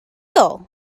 feel